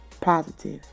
positive